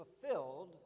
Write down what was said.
fulfilled